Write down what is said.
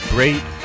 Great